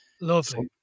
Lovely